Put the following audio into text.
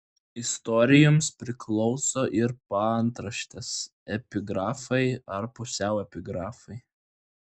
istorijoms priklauso ir paantraštės epigrafai ar pusiau epigrafai